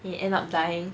it end up dying